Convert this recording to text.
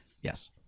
yes